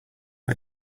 let